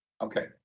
Okay